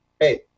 hey